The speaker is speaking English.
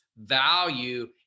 value